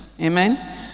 Amen